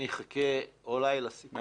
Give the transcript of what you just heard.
אני אחכה אולי לסיכום.